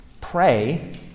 pray